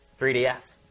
3DS